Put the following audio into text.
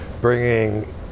bringing